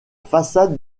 façade